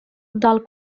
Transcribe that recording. del